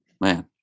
man